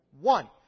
One